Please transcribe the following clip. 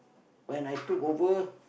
when I took over